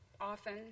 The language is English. often